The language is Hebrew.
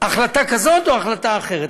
החלטה כזאת או החלטה אחרת?